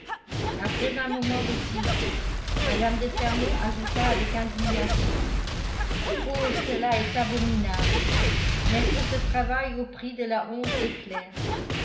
après un moment de silence mme de fermont ajouta avec indignation oh cela est abominable mettre ce travail au prix de la honte de claire